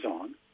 on